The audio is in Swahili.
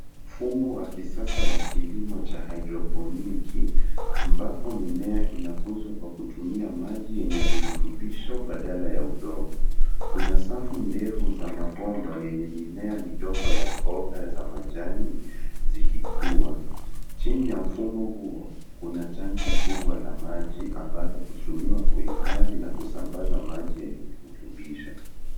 Mfumo wa kisasa wa kilimo cha haedroponiki ambapo mimea inakuzwa kwa kutumia maji yenye virutubisho badala ya udongo. Kuna safu ndefu za mabomba yenye mimea midogo ya mboga za majani zikikua. Chini ya mfumo huo, kuna tanki kubwa la maji ambalo hutumiwa kuhifadhi na kusambaza maji yenye virutubisho.